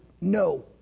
no